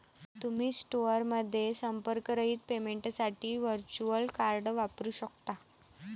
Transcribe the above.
तुम्ही स्टोअरमध्ये संपर्करहित पेमेंटसाठी व्हर्च्युअल कार्ड वापरू शकता